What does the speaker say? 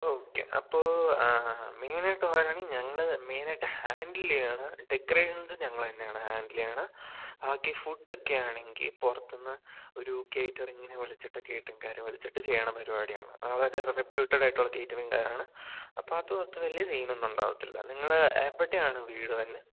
okay അപ്പോള് മെയിനായിട്ട് പറയുകയാണെങ്കില് ഞങ്ങള് മെയിനായിട്ട് ഹാൻഡില് ചെയ്യുന്നത് ഡെക്കറേഷൻസ് ഞങ്ങള് തന്നെയാണ് ഹാൻഡില് ചെയ്യുന്നത് ബാക്കി ഫുഡൊക്കെയാണെങ്കില് പുറത്തുനിന്ന് ഒരു കേറ്ററിങ്ങിനെ വിളിച്ചിട്ട് കേറ്ററിംഗുകാരെ വിളിച്ചിട്ട് ചെയ്യുന്ന പരിപാടിയാണ് അതൊക്കെ റെപ്യൂട്ടടായിട്ടുള്ള കേറ്ററിംഗുകാരാണ് അപ്പോള് അതോർത്ത് വലിയ സീനൊന്നും ഉണ്ടാകില്ല നിങ്ങള് എവിടെയാണ് വീട് വരുന്നത്